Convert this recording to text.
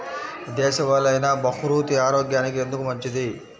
దేశవాలి అయినా బహ్రూతి ఆరోగ్యానికి ఎందుకు మంచిది?